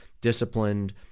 disciplined